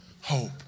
hope